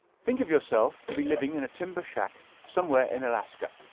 think of yourself to be living in a timber shack somewhere in alaska.